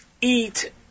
eat